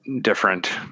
different